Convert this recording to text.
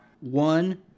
One